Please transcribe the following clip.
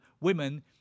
women